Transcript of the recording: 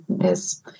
Yes